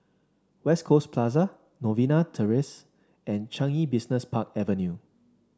West Coast Plaza Novena Terrace and Changi Business Park Avenue